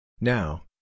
Now